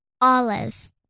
Olives